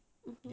mmhmm